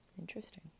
Interesting